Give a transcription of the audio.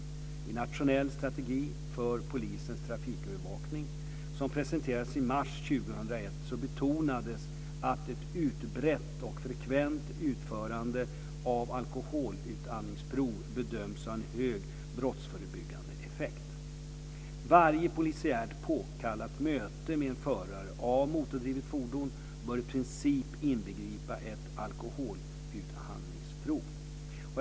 I en nationell strategi för polisens trafikövervakning som presenterades i mars 2001 betonas att ett utbrett och frekvent utförande av alkoholutandningsprov bedöms ha en hög brottsförebyggande effekt. Varje polisiärt påkallat möte med en förare av motordrivet fordon bör i princip inbegripa ett alkoholutandningsprov.